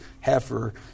heifer